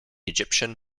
egyptian